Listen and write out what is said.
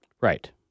Right